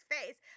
face